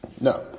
no